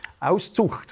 Auszucht